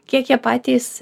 kiek jie patys